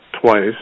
twice